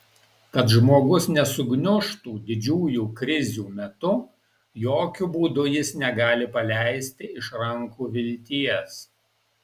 kad žmogus nesugniužtų didžiųjų krizių metu jokiu būdu jis negali paleisti iš rankų vilties